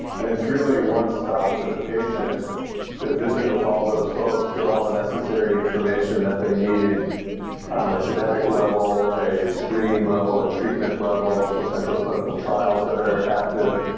and it's really one stop for the patient to visit with all those folks, get all the necessary information that they need on a genetic level, a screening level, a treatment level, potential clinical trials that are active.